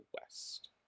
West